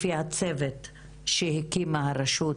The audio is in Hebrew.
לפי הצוות שהקימה הרשות